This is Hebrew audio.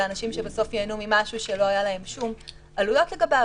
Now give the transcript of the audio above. אנשים שבסוף ייהנו ממשהו שלא היה להם שום עלויות לגביו.